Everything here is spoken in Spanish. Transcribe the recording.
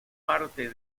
parte